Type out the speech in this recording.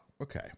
okay